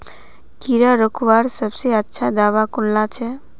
कीड़ा रोकवार सबसे अच्छा दाबा कुनला छे?